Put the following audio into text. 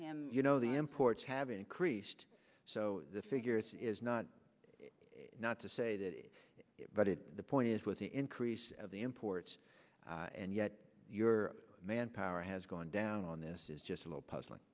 let you know the imports have increased so the figure is not not to say that but it the point is with the increase of the imports and yet your manpower has gone down this is just a little puzzling